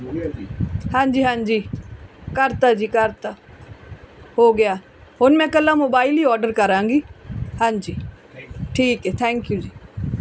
ਹਾਂਜੀ ਹਾਂਜੀ ਕਰਤਾ ਜੀ ਕਰਤਾ ਹੋ ਗਿਆ ਹੁਣ ਮੈਂ ਇਕੱਲਾ ਮੋਬਾਈਲ ਹੀ ਆਰਡਰ ਕਰਾਂਗੀ ਹਾਂਜੀ ਠੀਕ ਹੈ ਥੈਂਕ ਯੂ ਜੀ